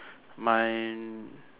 mine